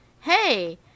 hey